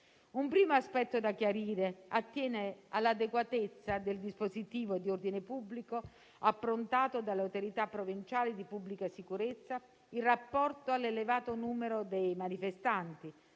Un primo aspetto da chiarire attiene all'adeguatezza del dispositivo di ordine pubblico approntato dall'autorità provinciale di pubblica sicurezza in rapporto all'elevato numero dei manifestanti,